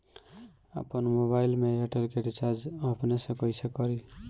आपन मोबाइल में एयरटेल के रिचार्ज अपने से कइसे करि?